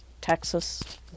Texas